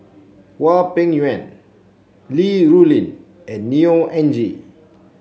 Hwang Peng Yuan Li Rulin and Neo Anngee